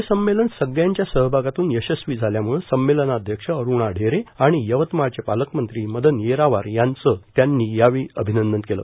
हे संमेलन सगळ्यांच्या सहभागातून यशस्वी झाल्यामुळं संमेलनाध्यक्ष अरूणा ढेरे आणि यवतमाळचे पालकमंत्री मदन येरावार यांचं ही त्यांनी अभिनंदन केलं